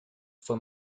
fue